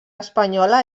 espanyola